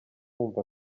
wumva